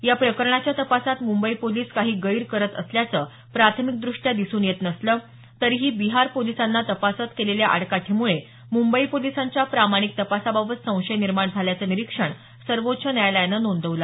या प्रकरणाच्या तपासात मुंबई पोलीस काही गैर करत असल्याचं प्राथमिकदृष्ट्या दिसून येत नसलं तरीही बिहार पोलिसांना तपासात केलेल्या आडकाठीमुळे मुंबई पोलिसांच्या प्रामाणिक तपासाबाबत संशय निर्माण झाल्याचं निरीक्षण सर्वोच्च न्यायालयानं नोंदवलं